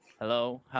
Hello